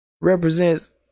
represents